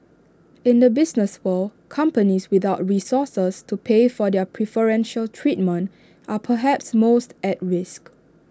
in the business world companies without resources to pay for their preferential treatment are perhaps most at risk